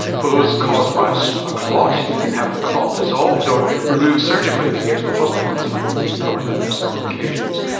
for those caused by a so ah clot you can have the clot dissolved or removed surgically if you get to the hospital in time, and we've covered that on and several occasions.